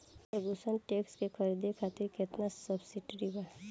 Ferguson tractor के खरीद करे खातिर केतना सब्सिडी बा?